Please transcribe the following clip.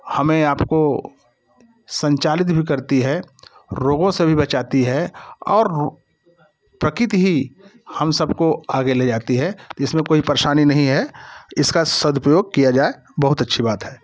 हमें आपको संचालित भी करती है रोगों से भी बचाती है और प्रकृति ही हम सब आगे ले जाती है तो इसमें कोई परेशानी नहीं है इसका सदुपयोग किया जाए बहुत अच्छी बात है